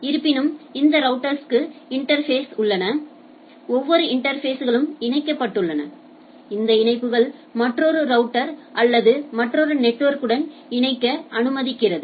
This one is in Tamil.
இருப்பினும் அந்த ரௌட்டர்ஸ்க்கு இன்டா்ஃபேஸ்கள் உள்ளன ஒவ்வொரு இன்டா்ஃபேஸ்களும் இணைக்கப்பட்டுள்ளன இந்த இணைப்புகள் மற்றொரு ரௌட்டர் அல்லது மற்றொரு நெட்வொர்க்குடன் இணைக்க அனுமதிக்கிறது